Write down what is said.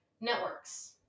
networks